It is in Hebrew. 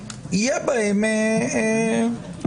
יהיה בהם אפשרות